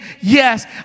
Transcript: yes